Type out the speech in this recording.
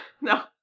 no